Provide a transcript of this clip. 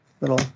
little